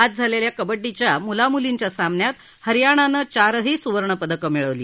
आज झालेल्या कबड्डीच्या मुलामुलींच्या सामन्यात हरयाणानं चारही सुवर्णपदकं मिळवली